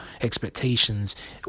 expectations